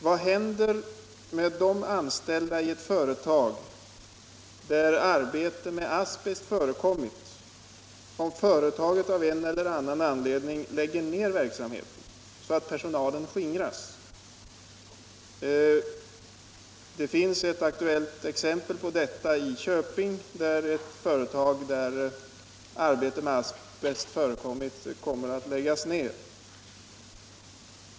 Vad händer med de anställda i ett företag där arbeten med asbest förekommit, om företaget av en eller annan anledning lägger ned verksamheten så att personalen skingras? Ett aktuellt exempel på detta finns i Köping — ett företag där arbete med asbest förekommit skall läggas ned.